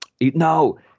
No